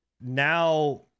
now